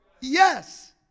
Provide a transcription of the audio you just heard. Yes